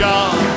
God